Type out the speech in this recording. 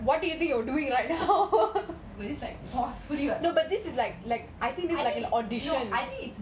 oh you need to send an one hour recording wth someone what do you we are doing right now